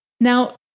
Now